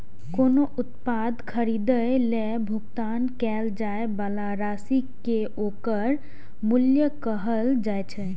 कोनो उत्पाद खरीदै लेल भुगतान कैल जाइ बला राशि कें ओकर मूल्य कहल जाइ छै